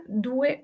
due